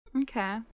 Okay